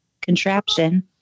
contraption